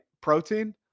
protein